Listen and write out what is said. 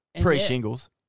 Pre-shingles